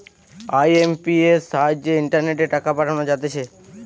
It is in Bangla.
আই.এম.পি.এস সাহায্যে ইন্টারনেটে টাকা পাঠানো যাইতেছে